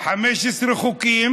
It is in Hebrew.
15 חוקים